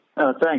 Thanks